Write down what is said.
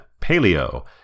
Paleo